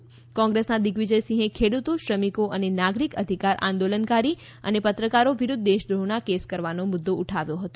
ક્રોંગ્રેસના દિગ્વીજય સિંહે ખેડૂતો શ્રમિકો અને નાગરિક અધિકાર આંદોલન કારી અને પત્રકારો વિરૂધ્ધ દેશદ્રોહના કેસ કરવાનો મુદ્દો ઉઠાવ્યો હતો